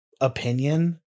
opinion